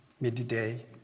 midday